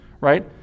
right